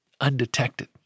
undetected